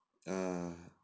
err